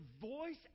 voice